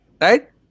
right